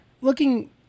Looking